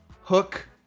Hook